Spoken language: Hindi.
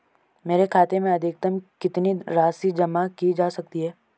मेरे खाते में अधिकतम कितनी राशि जमा की जा सकती है?